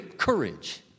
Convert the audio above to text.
Courage